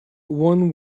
one